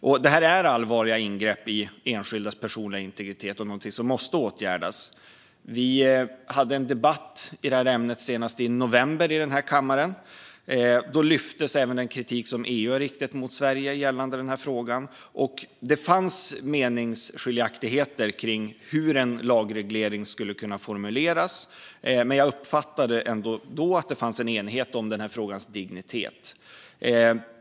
Det handlar om allvarliga ingrepp i enskildas personliga integritet som måste åtgärdas. Senast i november debatterades ämnet i kammaren, och då lyftes även den kritik som EU riktat mot Sverige i denna fråga upp. Det fanns då meningsskiljaktigheter i hur en lagreglering skulle kunna formuleras, men jag uppfattade ändå en enighet om frågans dignitet.